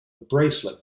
bracelet